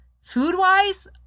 food-wise